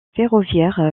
ferroviaire